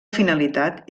finalitat